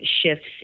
shifts